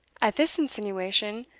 at this insinuation,